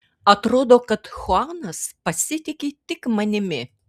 atrodo kad chuanas pasitiki tik manimi